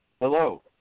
Hello